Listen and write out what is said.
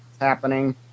happening